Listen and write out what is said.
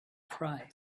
cry